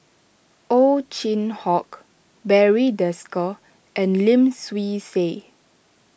Ow Chin Hock Barry Desker and Lim Swee Say